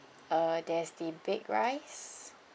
uh there's the baked rice